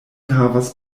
havas